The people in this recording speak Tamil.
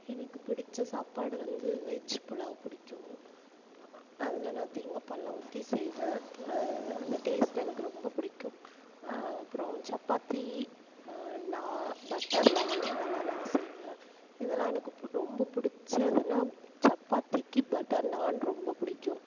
எனக்கு பிடிச்ச சாப்பாடு வந்து வெஜ் புலாவ் பிடிக்கும் அதில் நான் தேங்காய் பால் எல்லாம் ஊற்றி செய்வேன் அந்த டேஸ்ட்டு எனக்கு ரொம்ப பிடிக்கும் அப்புறோம் சப்பாத்தி நாண் பட்டர் நாண் இதெல்லாம் நான் செய்வேன் இதெல்லாம் எனக்கு பு ரொம்ப பிடிச்ச இதுன்னா சப்பாத்திக்கு பட்டர் நாண் ரொம்ப பிடிக்கும்